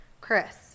Chris